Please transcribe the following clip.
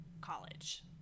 college